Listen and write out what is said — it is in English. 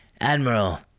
Admiral